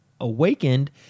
Awakened